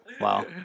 Wow